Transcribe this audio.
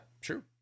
true